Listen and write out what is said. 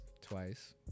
Twice